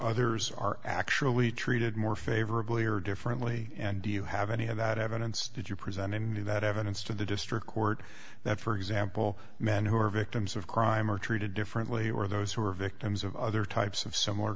others are actually treated more favorably or differently and do you have any of that evidence did you present a new that evidence to the district court that for example men who are victims of crime are treated differently or those who are victims of other types of s